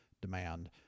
demand